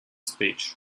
speech